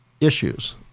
issues